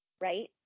right